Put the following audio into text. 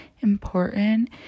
important